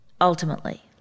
ultimately